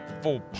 full